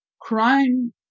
crime